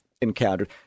encountered